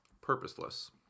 Purposeless